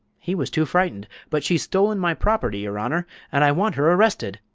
he was too frightened. but she's stolen my property, your honor, and i want her arrested!